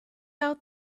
out